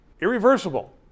Irreversible